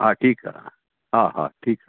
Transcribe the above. हा ठीकु आहे हा हा हा ठीकु आहे